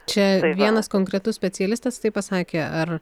čia vienas konkretus specialistas taip pasakė ar